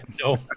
No